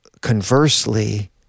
conversely